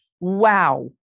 Wow